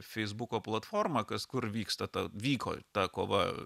feisbuko platformą kas kur vyksta ta vyko ta kova